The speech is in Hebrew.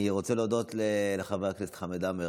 אני רוצה להודות לחבר הכנסת חמד עמאר,